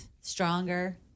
stronger